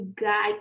guide